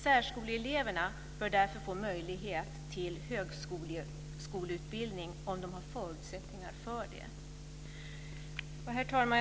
Särskoleeleverna bör därför få möjlighet till högskoleutbildning om de har förutsättningar för det. Herr talman!